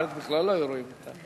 אחרת בכלל לא היו רואים אותה.